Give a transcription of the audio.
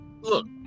Look